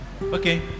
okay